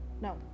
No